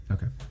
Okay